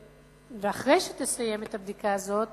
ואחרי שתסיים את הבדיקה הזאת